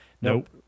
Nope